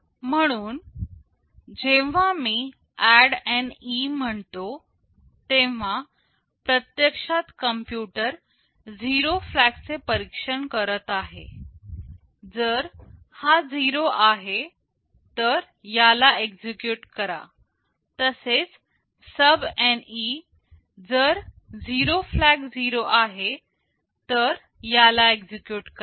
म्हणून जेव्हा मी ADDNE म्हणतो तेव्हा प्रत्यक्षात कंप्युटर 0 फ्लॅग चे परीक्षण करत आहे जर हा 0 आहे तर याला एक्झिक्युट करा तसेच SUBNE जर 0 फ्लॅग 0 आहे तर याला एक्झिक्युट करा